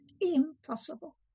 impossible